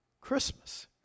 Christmas